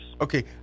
Okay